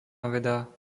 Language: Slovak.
veda